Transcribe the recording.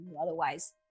Otherwise